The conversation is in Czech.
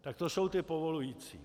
Tak to jsou ty povolující.